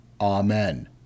Amen